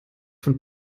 von